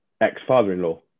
ex-father-in-law